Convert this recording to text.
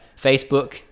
facebook